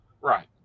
Right